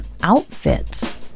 outfits